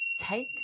take